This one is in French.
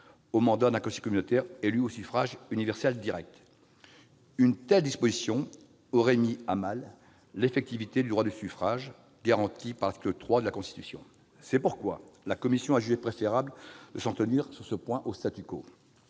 au mandat d'un conseiller communautaire élu au suffrage universel direct. Une telle disposition aurait mis à mal l'effectivité du droit de suffrage garanti par l'article 3 de la Constitution. C'est pourquoi la commission a jugé préférable de s'en tenir sur ce point au.